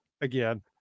again